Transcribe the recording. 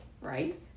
right